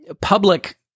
public